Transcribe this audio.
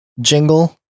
jingle